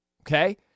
okay